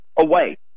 away